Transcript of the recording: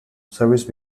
service